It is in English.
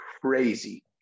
crazy